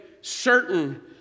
certain